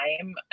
time